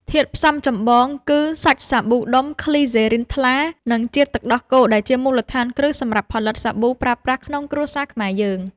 ធាតុផ្សំចម្បងគឺសាច់សាប៊ូដុំក្លីសេរីនថ្លា និង ជាតិទឹកដោះគោដែលជាមូលដ្ឋានគ្រឹះសម្រាប់ផលិតសាប៊ូប្រើប្រាស់ក្នុងគ្រួសារខ្មែរយើង។